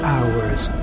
Hours